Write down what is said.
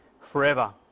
forever